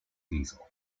diesel